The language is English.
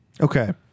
okay